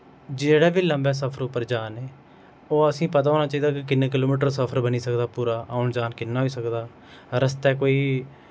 जेह्ड़ै बी लम्बै सफर उप्पर जा ने ओह् असें पता होना चाहिदा कि किन्ने किलोमीटर सफर बनी सकदा पूरा औन जान किन्ना होई सकदा रस्तै कोई